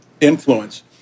influence